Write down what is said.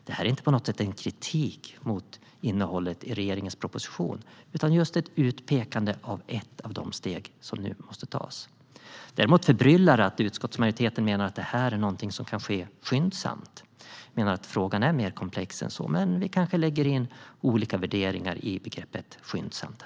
Det här är inte på något sätt en kritik mot innehållet i regeringens proposition utan just ett utpekande av ett av de steg som nu måste tas. Däremot förbryllar det att utskottsmajoriteten menar att detta kan ske skyndsamt. Jag menar att frågan är mer komplex än så. Men vi kanske lägger in olika värderingar i begreppet skyndsamt.